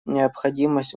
необходимость